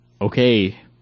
okay